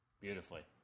Beautifully